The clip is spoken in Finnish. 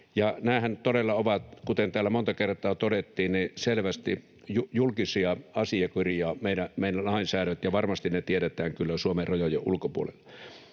ovat, kuten täällä monta kertaa todettiin, selvästi julkisia asiakirjoja, meidän lainsäädäntöämme, ja varmasti ne tiedetään kyllä Suomen rajojen ulkopuolella.